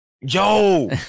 Yo